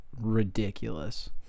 ridiculous